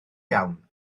iawn